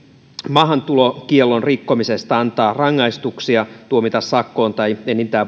maahantulokiellon rikkomisesta antaa rangaistuksia tuomita sakkoa tai enintään